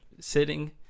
sitting